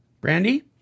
Brandy